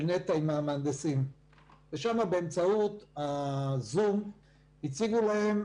נת"ע עם המהנדסים ושם באמצעות ה-זום הציגו להם,